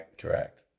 correct